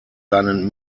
seinen